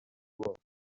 world